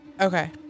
Okay